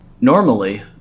Normally